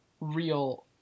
real